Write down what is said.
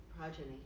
progeny